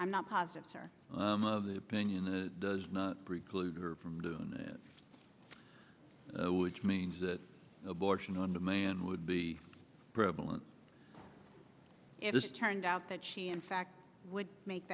i'm not positive are of the opinion that does not preclude her from doing it which means that abortion on demand would be prevalent it is turned out that she in fact would make